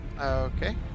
Okay